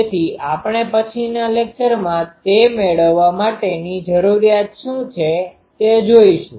તેથી આપણે પછીના લેકચરમાં તે મેળવવા માટેની જરૂરીયાતો શું છે તે જોઈશું